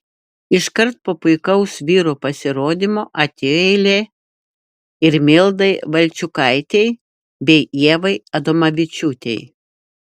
iškart po puikaus vyrų pasirodymo atėjo eilė ir mildai valčiukaitei bei ievai adomavičiūtei